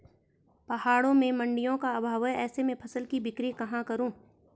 पहाड़ों में मडिंयों का अभाव है ऐसे में फसल की बिक्री कहाँ करूँ?